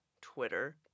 Twitter